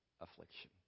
Affliction